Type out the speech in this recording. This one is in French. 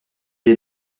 est